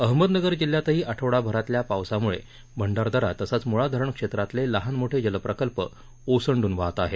अहमदनगर जिल्ह्यातही आठवडाभरातल्या पावसाम्ळे भंडारदरा तसंच म्ळा धरण क्षेत्रातले लहानमोठे जलप्रकल्प ओसंडून वाहत आहेत